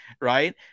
right